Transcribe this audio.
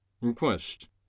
request